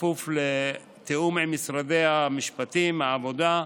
בכפוף לתיאום עם משרדי המשפטים, העבודה,